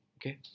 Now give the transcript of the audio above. Okay